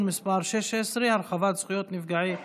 מס' 16) (הרחבת זכויות נפגעי עבירה),